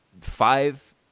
five